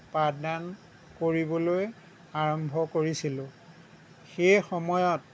পাঠদান কৰিবলৈ আৰম্ভ কৰিছিলোঁ সেই সময়ত